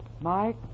Mike